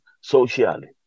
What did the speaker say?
socially